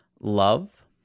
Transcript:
love